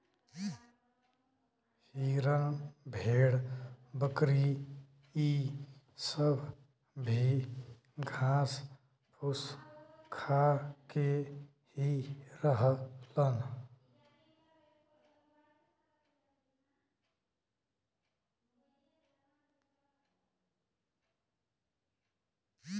हिरन भेड़ बकरी इ सब भी घास फूस खा के ही रहलन